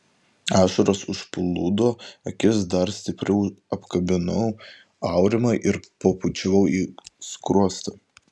ašaros užplūdo akis dar stipriau apkabinau aurimą ir pabučiavau į skruostą